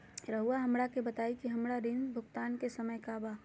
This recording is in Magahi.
रहुआ हमरा के बताइं कि हमरा ऋण भुगतान के समय का बा?